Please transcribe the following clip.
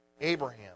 Abraham